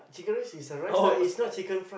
oh I